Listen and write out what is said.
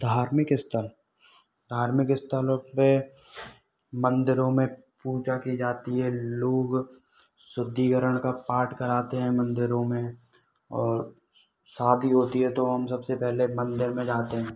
धार्मिक स्तर धार्मिक स्तरों पे मंदिरों में पूजा कि जाती है लोग शुद्धीकरण का पाठ कराते हैं मंदिरों में और शादी होती है तो हम सबसे पहले मंदिर में जाते हैं